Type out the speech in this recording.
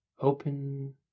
Open